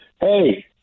Hey